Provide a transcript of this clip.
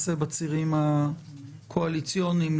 לטפל בדברים בסיסיים כמו איסוף פסולת,